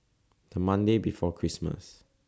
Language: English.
The Monday before Christmas